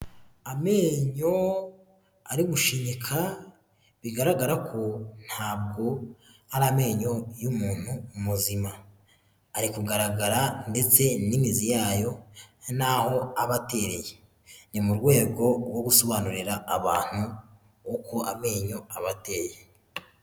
Amenyo ari gushinyika, bigaragara ko ntabwo ari amenyo y'umuntu muzima, ari kugaragara ndetse n'imizi yayo, n'aho aba ateyere, ni mu rwego rwo gusobanurira abantu uko amenyo aba ateye.